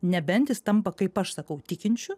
nebent jis tampa kaip aš sakau tikinčiu